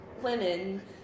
women